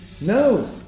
No